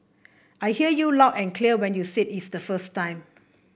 I heard you loud and clear when you said it the first time